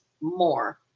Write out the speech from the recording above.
more